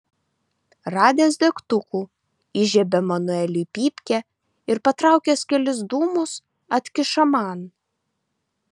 radęs degtukų įžiebia manueliui pypkę ir patraukęs kelis dūmus atkiša man